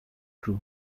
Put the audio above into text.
true